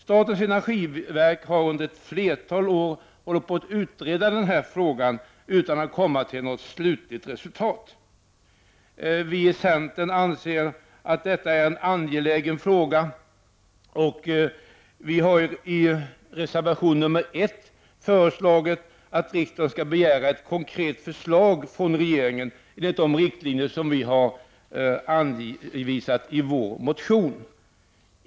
Statens energiverk har under ett flertal år utrett frågan utan att komma till något resultat. Vi i centern anser att detta är en angelägen fråga och i reservation nr 1 föreslår vi att riksdagen skall begära ett konkret förslag från regeringen enligt de riktlinjer som anges i vår motion.